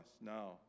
now